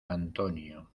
antonio